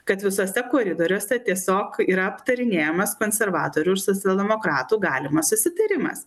kad visuose koridoriuose tiesiog yra aptarinėjamas konservatorių ir socialdemokratų galimas susitarimas